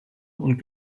und